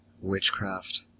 witchcraft